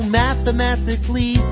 mathematically